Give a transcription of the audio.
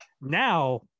Now